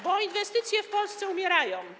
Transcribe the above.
Bo inwestycje w Polsce umierają.